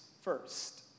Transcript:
first